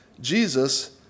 Jesus